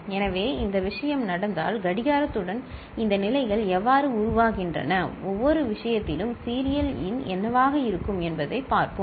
எனவே இந்த விஷயம் நடந்தால் கடிகாரத்துடன் இந்த நிலைகள் எவ்வாறு உருவாகின்றன ஒவ்வொரு விஷயத்திலும் சீரியல் இன் என்னவாக இருக்கும் என்பதைப் பார்ப்போம்